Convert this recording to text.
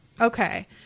Okay